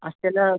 ಅಷ್ಟೆಲ್ಲಾ